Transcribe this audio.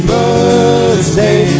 Birthday